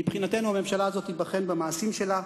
מבחינתנו הממשלה הזאת תיבחן במעשים שלה.